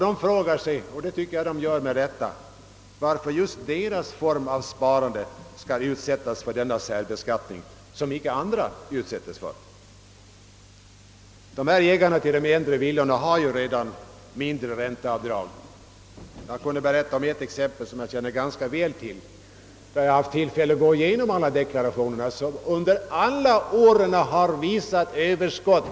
De frågar sig — med rätta — varför just deras sparform skall utsättas för en sådan särbeskattning. Dessa ägare av äldre villor har ju redan ett lägre ränteavdrag. Jag kan berätta om ett fall som jag känner väl till, eftersom jag haft tillfälle att gå igenom deklarationerna för ifrågavarande villafastighet. Under alla år, så när som på två år, har deklarationen visat överskott.